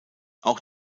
auch